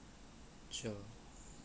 sure